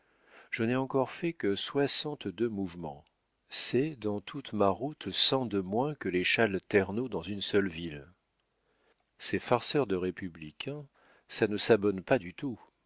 je n'ai encore fait que soixante-deux mouvements c'est dans toute ma route cent de moins que les châles ternaux dans une seule ville ces farceurs de républicains ça ne s'abonne pas du tout